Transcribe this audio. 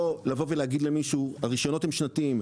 או להגיד למישהו: הרישיונות הם שנתיים,